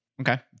Okay